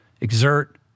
exert